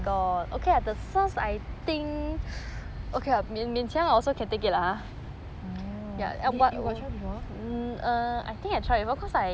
orh did you got try before